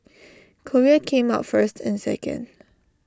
Korea came out first and second